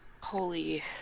Holy